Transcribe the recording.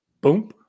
boom